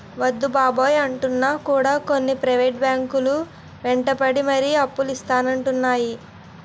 వద్దు బాబోయ్ అంటున్నా కూడా కొన్ని ప్రైవేట్ బ్యాంకు లు వెంటపడి మరీ అప్పులు ఇత్తానంటున్నాయి